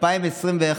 2021,